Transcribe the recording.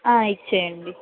ఆ ఇచ్చేయండి